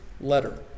letter